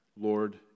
Lord